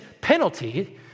penalty